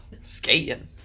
Skating